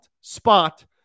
spot